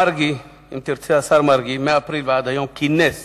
מרגי, אם תרצה השר מרגי, מאפריל ועד היום כינס